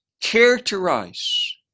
characterize